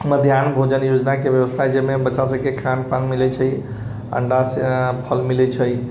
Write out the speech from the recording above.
मध्याह्न भोजन योजनाके व्यवस्था जेहिमे बच्चा सभके जे हइ खान पान मिलै छै अण्डा फल मिलै छै